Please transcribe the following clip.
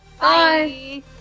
Bye